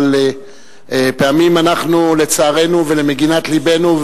אבל פעמים אנחנו לצערנו ולמגינת לבנו,